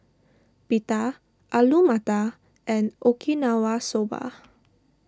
Pita Alu Matar and Okinawa Soba